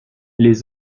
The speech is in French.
les